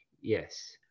yes